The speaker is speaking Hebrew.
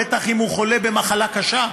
בטח אם הוא חולה במחלה קשה,